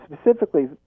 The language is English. specifically